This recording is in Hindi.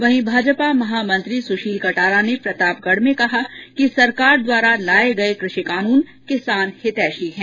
वहीं भाजपा महामंत्री सुशील कटारा ने प्रतापगढ में कहा कि सरकार द्वारा लाये गये कृषि कानून किसान हितैषी हैं